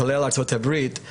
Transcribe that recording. כולל ארצות הברית,